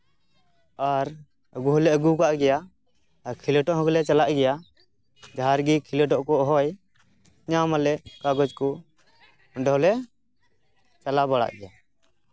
ᱟᱨ ᱟᱹᱜᱩ ᱦᱚᱞᱮ ᱟᱹᱜᱩ ᱟᱠᱟᱫ ᱜᱮᱭᱟ ᱟᱨ ᱠᱷᱮᱞᱳᱰᱚᱜ ᱦᱚᱸᱞᱮ ᱪᱟᱞᱟᱜ ᱜᱮᱭᱟ ᱡᱟᱦᱟᱸ ᱨᱮᱜᱮ ᱠᱷᱮᱞᱳᱰᱚᱜ ᱠᱚ ᱦᱚᱦᱚᱭ ᱧᱟᱢ ᱟᱞᱮ ᱠᱟᱜᱚᱡ ᱠᱚ ᱚᱸᱰᱮ ᱦᱚᱸᱞᱮ ᱪᱟᱞᱟᱣ ᱵᱟᱲᱟᱜ ᱜᱮᱭᱟ